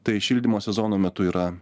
tai šildymo sezono metu yra